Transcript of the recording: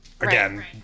again